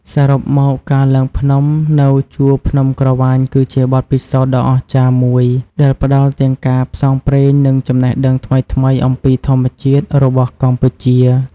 សរុបមក ការឡើងភ្នំនៅជួរភ្នំក្រវាញគឺជាបទពិសោធន៍ដ៏អស្ចារ្យមួយដែលផ្តល់ទាំងការផ្សងព្រេង និងចំណេះដឹងថ្មីៗអំពីធម្មជាតិរបស់កម្ពុជា។